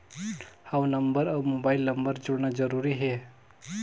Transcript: हव नंबर अउ mobile number जोड़ना जरूरी हे?